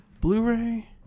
Blu-ray